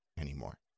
anymore